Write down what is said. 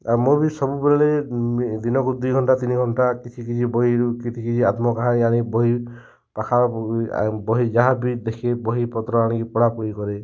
ଆଉ ମୁଁ ବି ସବୁବେଳେ ଦିନକୁ ଦୁଇ ଘଣ୍ଟା ତିନି ଘଣ୍ଟା କିଛି କିଛି ବହିରୁ କିଛି କିଛି ଆତ୍ମକାହାଣୀ ଆଣି ବହି ପାଖା ବହି ଯାହା ବି ଦେଖି ବହି ପତ୍ର ଆଣିକି ପଢ଼ାପୁଢ଼ି କରେ